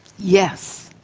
yes,